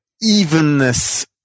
Evenness